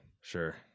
Sure